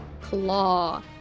claw